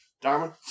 Darwin